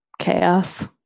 Chaos